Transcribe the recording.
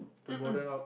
to broaden out